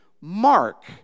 mark